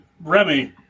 Remy